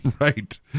Right